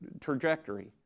trajectory